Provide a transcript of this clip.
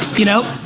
you know,